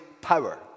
power